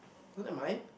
don't like mine